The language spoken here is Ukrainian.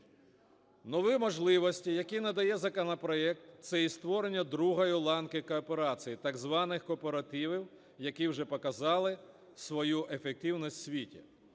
Нові можливості, які надає законопроект, це і створення другої ланки кооперації, так званих кооперативів, які вже показали свою ефективність в світі.